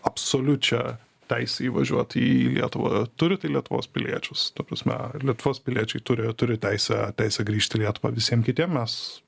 absoliučią teisę įvažiuot į lietuvą turi tai lietuvos piliečius ta prasme lietuvos piliečiai turi turi teisę teisę grįžt į lietuvą visiem kitiem mes